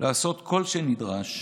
לעשות כל שנדרש